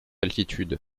altitude